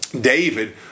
David